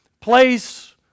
place